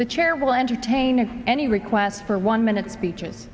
the chair will entertain any requests for one minute speeches